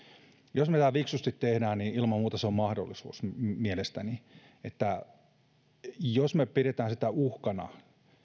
jos me tämän fiksusti teemme niin ilman muuta se on mahdollisuus mielestäni jos me pidämme sitä uhkana